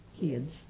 kids